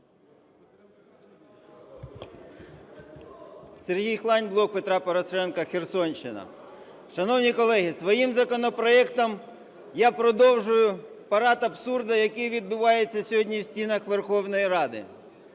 Сергій Хлань, "Блок Петра Порошенка", Херсонщина. Шановні колеги, своїм законопроектом я продовжую парад абсурду, який відбувається сьогодні в стінах Верховної Ради.